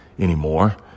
anymore